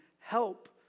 help